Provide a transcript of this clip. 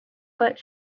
but